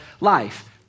life